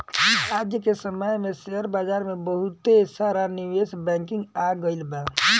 आज के समय में शेयर बाजार में बहुते सारा निवेश बैंकिंग आ गइल बा